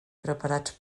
preparats